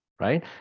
right